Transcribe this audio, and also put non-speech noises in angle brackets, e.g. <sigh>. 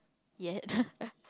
yes <laughs>